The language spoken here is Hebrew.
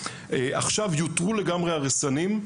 עכשיו יותרו הרסנים לגמרי,